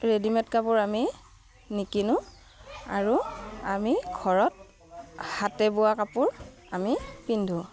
readymade কাপোৰ আমি নিকিনোঁ আৰু আমি ঘৰত হাতে বোৱা কাপোৰ আমি পিন্ধোঁ